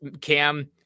cam